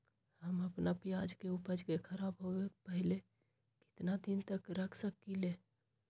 हम अपना प्याज के ऊपज के खराब होबे पहले कितना दिन तक रख सकीं ले?